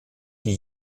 die